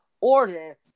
order